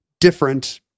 different